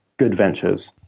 good ventures,